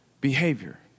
behavior